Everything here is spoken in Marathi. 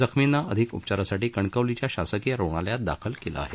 जखमींना अधिक उपचारासाठी कणकवली शासकीय रुग्णालयात दाखल केलं आहे